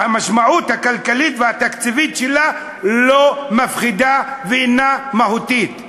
המשמעות הכלכלית והתקציבית שלה לא מפחידה ואינה מהותית.